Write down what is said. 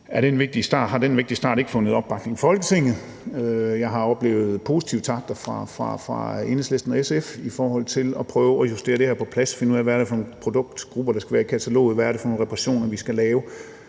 har den vigtige start ikke fundet opbakning i Folketinget. Jeg har oplevet positive takter fra Enhedslisten og SF's side i forhold til at prøve at justere det her på plads og finde ud af, hvad det er for nogle produktgrupper, der skal være i kataloget, hvad det er for nogle reparationer, vi skal lave.